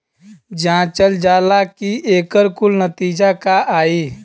जांचल जाला कि एकर कुल नतीजा का आई